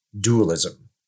dualism